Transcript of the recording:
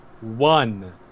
one